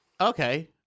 Okay